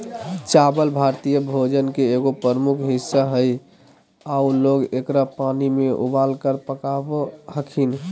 चावल भारतीय भोजन के एगो प्रमुख हिस्सा हइ आऊ लोग एकरा पानी में उबालकर पकाबो हखिन